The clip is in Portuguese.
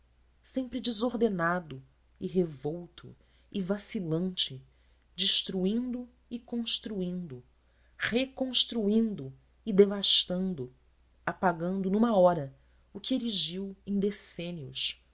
sempre desordenado e revolto e vacilante destruindo e construindo reconstruindo e devastando apagando numa hora o que erigiu em decênios